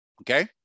Okay